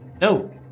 No